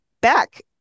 back